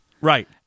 Right